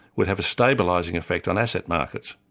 would have a stabilising effect on asset markets.